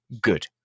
good